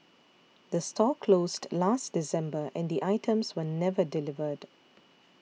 the store closed last December and the items were never delivered